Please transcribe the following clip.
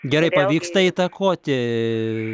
gerai pavyksta įtakoti